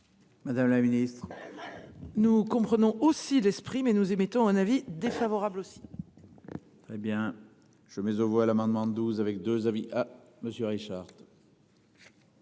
Madame la Ministre. Nous comprenons aussi l'esprit mais nous émettons un avis défavorable aussi. Hé bien je mise aux voix l'amendement 12 avec 2 avis à monsieur Richard.